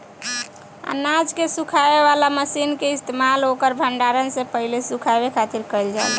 अनाज के सुखावे वाला मशीन के इस्तेमाल ओकर भण्डारण से पहिले सुखावे खातिर कईल जाला